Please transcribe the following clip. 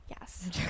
yes